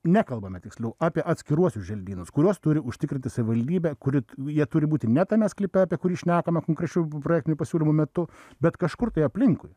nekalbame tiksliau apie atskiruosius želdynus kuriuos turi užtikrinti savivaldybė kuri jie turi būti ne tame sklype apie kurį šnekama konkrečių projektinių pasiūlymų metu bet kažkur tai aplinkui